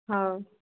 ହଉ